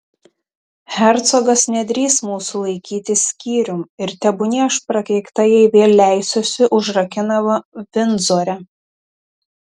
hercogas nedrįs mūsų laikyti skyrium ir tebūnie aš prakeikta jei vėl leisiuosi užrakinama vindzore